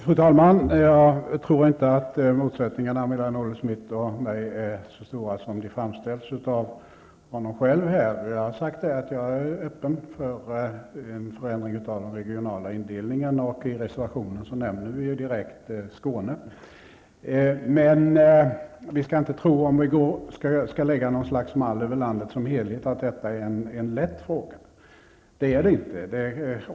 Fru talman! Jag tror inte att motsättningarna mellan Olle Schmidt och mig är så stora som de framställts av honom själv här. Jag har sagt att jag är öppen för en förändring av den regionala indelningen, och i reservationen nämner vi ju direkt Skåne. Men vi skall inte tro, om vi skall lägga något slags mall över landet som helhet, att detta är en lätt fråga.